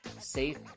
Safe